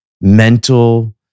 mental